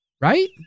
Right